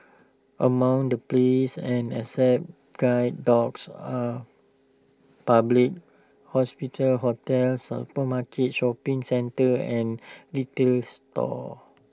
among the places and accept guide dogs are public hospitals hotels supermarkets shopping centres and retail stores